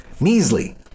measly